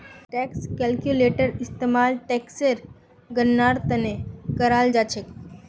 tax calculator इस्तेमाल टेक्सेर गणनार त न कराल जा छेक